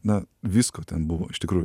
na visko ten buvo iš tikrųjų